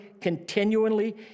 continually